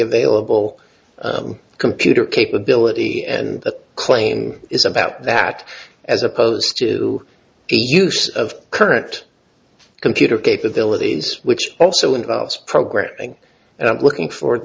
available computer capability and that claim is about that as opposed to the use of current computer capabilities which also involves programming and i'm looking for the